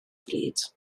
bryd